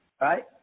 right